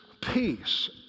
peace